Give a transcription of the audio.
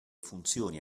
funzioni